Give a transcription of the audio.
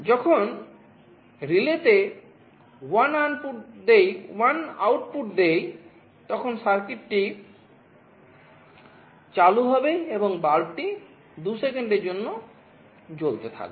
যখন relay তে 1 output দেয় তখন সার্কিটটি চালু হবে এবং বাল্বটি 2 সেকেন্ডের জন্য জ্বলতে থাকবে